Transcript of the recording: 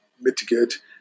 mitigate